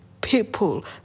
people